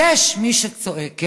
יש מי שצועקת